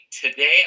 Today